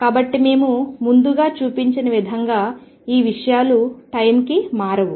కాబట్టి మేము ముందుగా చూపిన విధంగా ఈ విషయాలు టైం కి మారవు